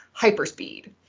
hyperspeed